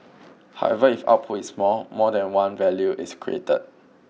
however if output is more more than one value is created